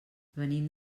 venim